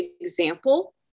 example